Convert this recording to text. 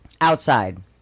Outside